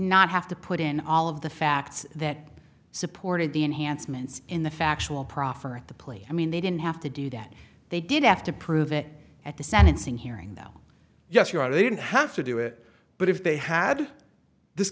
not have to put in all of the facts that supported the enhancements in the factual proffer the plea i mean they didn't have to do that they did have to prove it at the sentencing hearing that yes your honor they didn't have to do it but if they had this